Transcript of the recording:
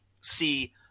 see